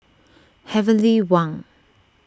Heavenly Wang